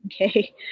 okay